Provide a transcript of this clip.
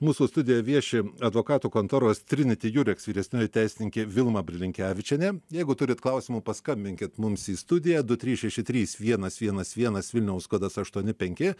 mūsų studijoj vieši advokatų kontoros triniti jureks vyresnioji teisininkė vilma brilinkevičienė jeigu turit klausimų paskambinkit mums į studiją du trys šeši trys vienas vienas vienas vilniaus kodas aštuoni penki